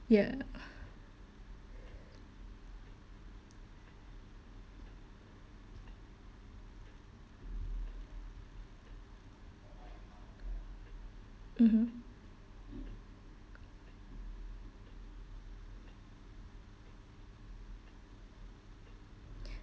ya mmhmm